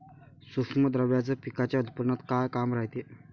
सूक्ष्म द्रव्याचं पिकाच्या उत्पन्नात का काम रायते?